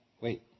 wait